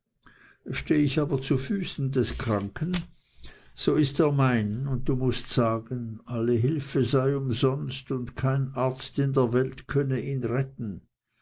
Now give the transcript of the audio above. steh ich aber zu füßen des kranken so ist er mein und du mußt sagen alle hilfe sei umsonst und kein arzt in der welt könne ihn retten